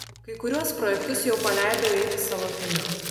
kai kuriuos projektus jau paleidau eiti savo keliu